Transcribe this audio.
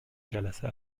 جلسه